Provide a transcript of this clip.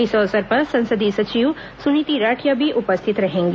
इस अवसर पर संसदीय सचिव सुनीती राठिया भी उपस्थित रहेंगी